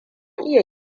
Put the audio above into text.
iya